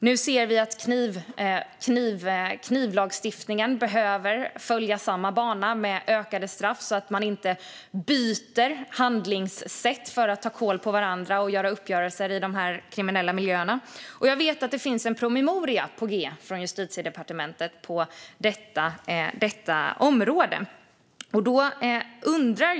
Nu ser vi att knivlagstiftningen behöver följa samma bana, med ökade straff, så att man inte byter handlingssätt för att ta kål på varandra och ha uppgörelser i kriminella miljöer. Jag vet att det är en promemoria på g från Justitiedepartementet på detta område.